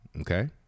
Okay